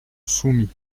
soumis